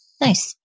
Nice